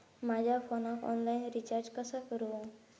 माझ्या फोनाक online recharge कसा करू?